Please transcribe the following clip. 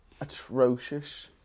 atrocious